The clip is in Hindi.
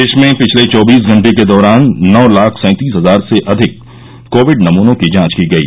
देश में पिछले चौबीस घंटे के दौरान नौ लाख सैंतीस हजार से अधिक कोविड नमूनों की जांच की गई